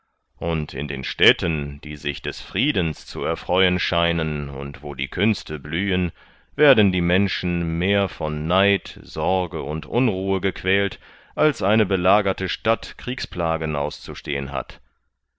und in den städten die sich des friedens zu erfreuen scheinen und wo die künste blühen werden die menschen mehr von neid sorge und unruhe gequält als eine belagerte stadt kriegsplagen auszustehen hat